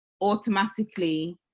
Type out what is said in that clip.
automatically